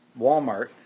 Walmart